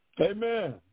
Amen